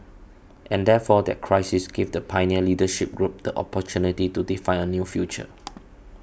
and therefore that crisis gave the pioneer leadership group the opportunity to define a new future